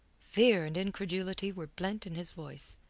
fear and incredulity were blent in his voice.